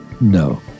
no